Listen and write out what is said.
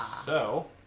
so